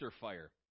fire